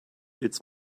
its